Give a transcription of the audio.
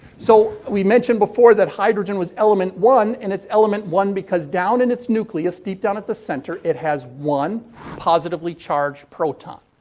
so, we mentioned before that hydrogen was element one and it's element one because, down in its nucleus, deep down at the center, it has one positively charged proton.